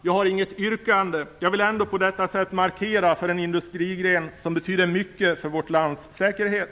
Jag har inget yrkande. Jag vill ändå på detta sätt markera för en industrigren som betyder mycket för vårt lands säkerhet.